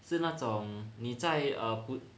是那种你在 err 普